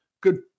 good